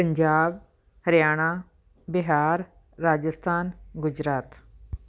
Punjab Haryana Bihar Rajasthan Gujarat